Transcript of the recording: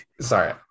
Sorry